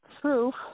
Proof